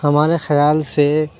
ہمارے خیال سے